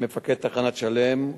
מפקד תחנת "שלם"